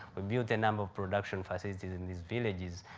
we built a number of production facilities in these villages,